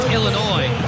Illinois